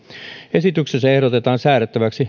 esityksessä ehdotetaan säädettäväksi